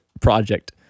project